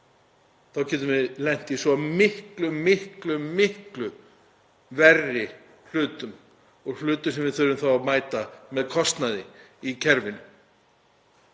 getum við lent í svo miklu, miklu verri hlutum sem við þurfum þá að mæta með kostnaði í kerfinu.